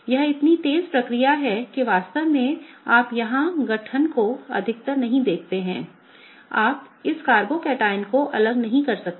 यह इतनी तेज़ प्रक्रिया है कि वास्तव में आप यहां गठन को अधिकतर नहीं देखते हैं आप इस कार्बोकैटायन को अलग नहीं कर सकते